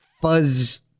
fuzz